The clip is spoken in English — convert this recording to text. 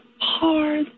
hard